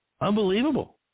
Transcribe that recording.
unbelievable